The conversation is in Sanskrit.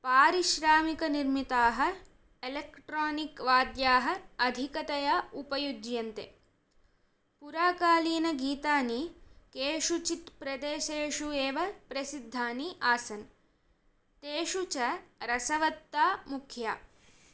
पारिश्रामिकनिर्मिताः एलेक्ट्रानिक् वाद्याः अधिकतया उपयुज्यन्ते पुराकालीनगीतानि केषुचित् प्रदेशेषु एव प्रसिद्धानि आसन् तेषु च रसवत्ता मुख्या